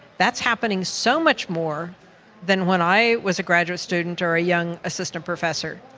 that's happening so much more than when i was a graduate student or a young assistant professor,